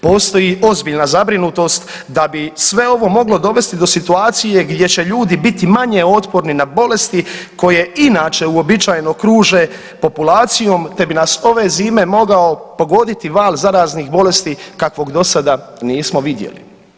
Postoji ozbiljna zabrinutost da bi sve ovo moglo dovesti do situacije gdje će ljudi biti manje otporni na bolesti koje inače uobičajeno kruže populacijom te bi nas ove zime mogao pogoditi val zaraznih bolesti kakvog do sada nismo vidjeli.